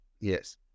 yes